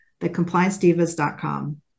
thecompliancedivas.com